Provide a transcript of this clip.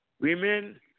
women